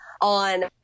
on